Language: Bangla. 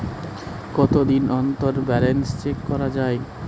কতদিন অন্তর ব্যালান্স চেক করা য়ায়?